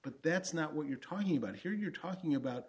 but that's not what you're talking about here you're talking about